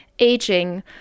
aging